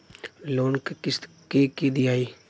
Loan क किस्त के के दियाई?